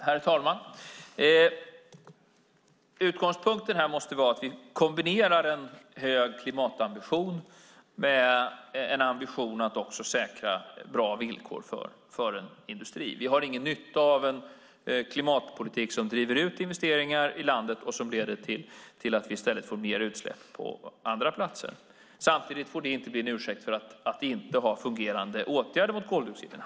Herr talman! Utgångspunkten måste vara att vi kombinerar en hög klimatambition med en ambition att också säkra bra villkor för en industri. Vi har ingen nytta av en klimatpolitik som driver ut investeringar ur landet och leder till att vi i stället får mer utsläpp på andra platser. Samtidigt får det inte bli en ursäkt för att inte ha fungerande åtgärder mot koldioxidutsläpp.